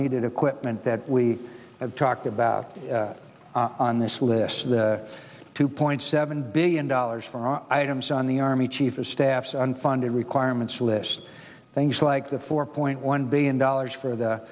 needed equipment that we have talked about on this list the two point seven billion dollars for all items on the army chief of staff unfunded requirements list things like the four point one billion dollars for the